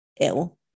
ill